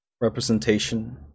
representation